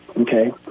Okay